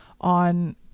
on